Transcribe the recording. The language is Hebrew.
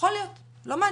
יכול להיות, לא מעניין.